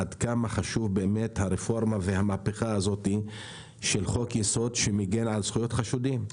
עד כמה חשובה הרפורמה והמהפכה הזאת של חוק יסוד שמגן על זכויות חשודים.